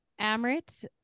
Amrit